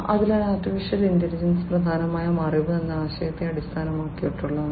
അതിനാൽ AI പ്രധാനമായും അറിവ് എന്ന ആശയത്തെ അടിസ്ഥാനമാക്കിയുള്ളതാണ്